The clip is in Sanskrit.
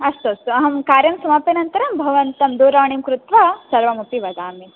अस्तु अस्तु अहं कार्यं समाप्यनन्तरं भवन्तं दूरवाणीं कृत्वा सर्वमपि वदामि